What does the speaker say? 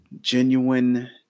Genuine